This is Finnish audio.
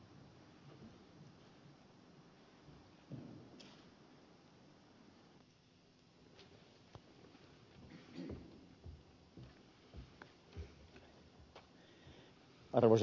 arvoisa puhemies